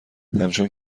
همچون